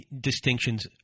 distinctions